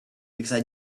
because